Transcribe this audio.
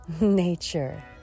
nature